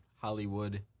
Hollywood